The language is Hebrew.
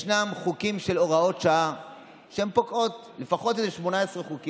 יש חוקים שהם הוראות שעה שפוקעות, לפחות 18 חוקים,